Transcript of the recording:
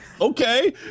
Okay